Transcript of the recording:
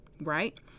right